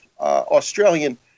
Australian